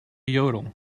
yodel